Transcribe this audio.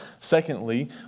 Secondly